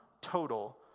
total